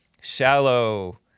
shallow